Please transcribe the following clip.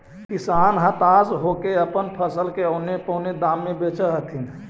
किसान हताश होके अपन फसल के औने पोने दाम में बेचऽ हथिन